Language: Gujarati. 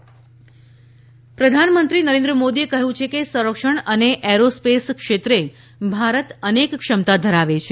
પીએમ એરો પ્રધાનમંત્રી નરેન્દ્ર મોદીએ કહ્યું છે કે સંરક્ષણ અને એરોસ્પેસ ક્ષેત્રે ભારત અનેક ક્ષમતા ધરાવે છે